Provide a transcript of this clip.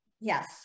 Yes